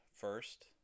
first